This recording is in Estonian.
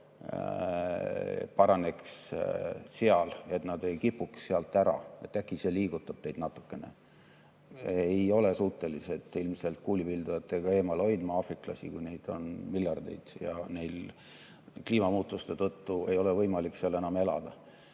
paraneks seal, et nad ei kipuks sealt ära. Äkki see liigutab teid natukene.[Keegi] ei ole suuteline ilmselt kuulipildujatega eemale hoidma aafriklasi, kui neid on miljardeid ja neil kliimamuutuste tõttu ei ole võimalik seal enam elada.